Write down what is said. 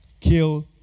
kill